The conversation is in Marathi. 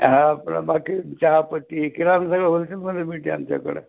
हा पण बाकी चहापत्ती किराम सगळं होलसेलमध्ये मिळते आमच्याकडं